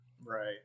Right